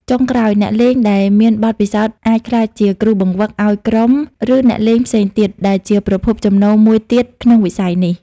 ចុងក្រោយ អ្នកលេងដែលមានបទពិសោធន៍អាចក្លាយជា គ្រូបង្វឹក ឱ្យក្រុម ឬអ្នកលេងផ្សេងទៀត ដែលជាប្រភពចំណូលមួយទៀតក្នុងវិស័យនេះ។